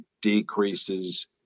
decreases